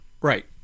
Right